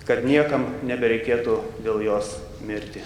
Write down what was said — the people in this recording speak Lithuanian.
kad niekam nebereikėtų dėl jos mirti